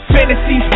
Fantasy